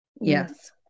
yes